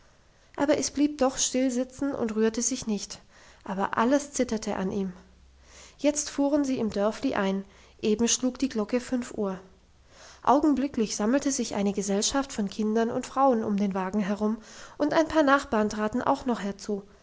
aber es blieb doch still sitzen und rührte sich nicht aber alles zitterte an ihm jetzt fuhren sie im dörfli ein eben schlug die glocke fünf uhr augenblicklich sammelte sich eine gesellschaft von kindern und frauen um den wagen herum und ein paar nachbarn traten auch noch herzu